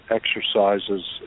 exercises